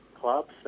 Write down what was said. clubs